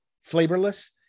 flavorless